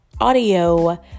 audio